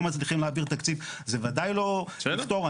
מצליחים להעביר תקציב זה ודאי לא יפתור.